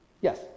Yes